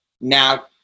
Now